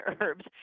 herbs